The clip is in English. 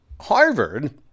Harvard